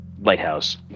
lighthouse